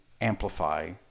amplify